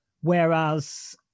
Whereas